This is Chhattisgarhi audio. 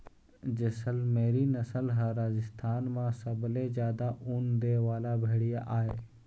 जैसलमेरी नसल ह राजस्थान म सबले जादा ऊन दे वाला भेड़िया आय